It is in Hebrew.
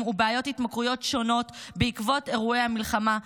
ובעיות התמכרויות שונות בעקבות אירועי המלחמה,